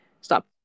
stop